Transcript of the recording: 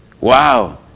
Wow